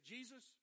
Jesus